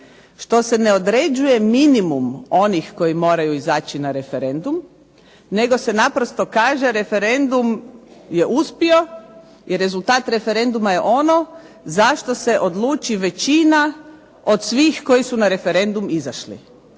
što se ne određuje minimum onih koji moraju izaći na referendum nego se naprosto kaže referendum je uspio i rezultat referenduma je ono zašto se odluči većina od svih koji su na referendum izašli.